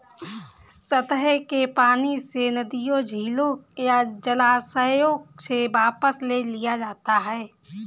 सतह के पानी से नदियों झीलों या जलाशयों से वापस ले लिया जाता है